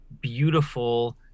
beautiful